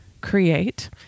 create